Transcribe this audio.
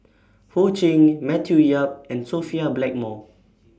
Ho Ching Matthew Yap and Sophia Blackmore